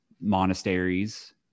monasteries